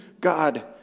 God